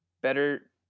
Better